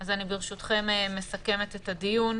אני מסכמת את הדיון.